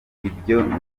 ibyo